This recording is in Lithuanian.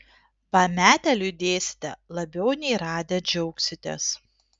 pametę liūdėsite labiau nei radę džiaugsitės